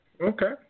Okay